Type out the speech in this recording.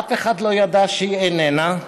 אף אחד לא ידע שהיא איננה,